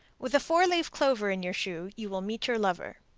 with a four-leaved clover in your shoe, you will meet your lover.